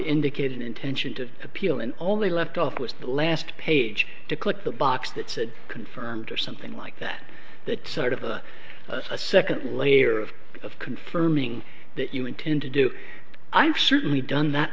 indicate an intention to appeal and only left off with the last page to click the box that said confirmed or something like that that sort of a second layer of confirming that you intend to do i've certainly done that